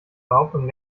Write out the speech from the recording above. behauptung